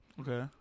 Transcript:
okay